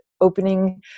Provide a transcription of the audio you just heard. opening